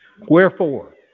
Wherefore